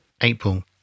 April